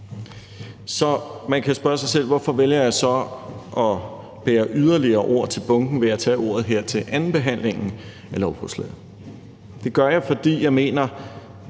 Man kan så spørge sig selv, hvorfor jeg vælger at bære yderligere ord til bunken ved at tage ordet her til andenbehandlingen af lovforslaget. Det gør jeg, fordi jeg mener,